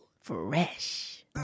Fresh